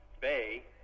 bay